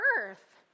earth